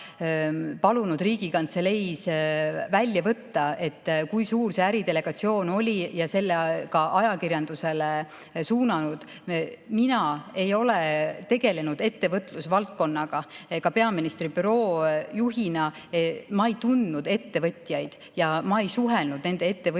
palunud Riigikantseleis välja võtta, kui suur see äridelegatsioon oli, ja selle [info] ka ajakirjandusele suunanud. Mina ei ole tegelenud ettevõtlusvaldkonnaga. Ka peaministri büroo juhina ma ei tundnud ettevõtjaid ja ma ei suhelnud ettevõtjatega